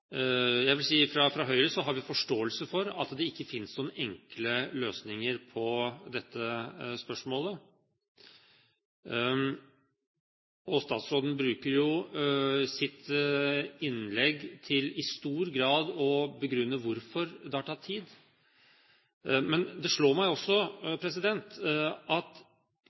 Jeg vil fra Høyres side si at vi har forståelse for at det ikke finnes noen enkle løsninger på dette spørsmålet, og statsråden bruker jo i stor grad sitt innlegg til å begrunne hvorfor det har tatt tid. Men det slår meg